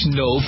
no